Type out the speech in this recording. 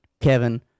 Kevin